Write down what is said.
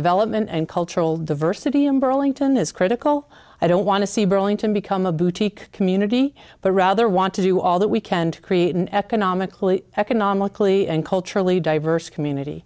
development and cultural diversity in burlington is critical i don't want to see burlington become a boutique community but rather want to do all that we can to create an economically economically and culturally diverse community